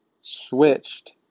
switched